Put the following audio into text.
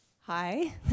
hi